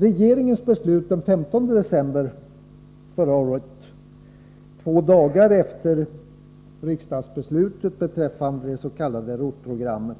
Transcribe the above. Regeringens beslut den 15 december förra året — alltså två dagar efter riksdagsbeslutet beträffande det s.k. ROT-programmet